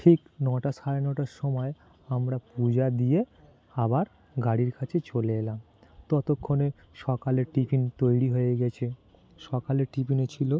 ঠিক নটা সাড়ে নটার সময় আমরা পূজা দিয়ে আবার গাড়ির কাছে চলে এলাম ততক্ষণে সকালের টিফিন তৈরি হয়ে গেছে সকালের টিফিনে ছিলো